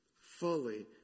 fully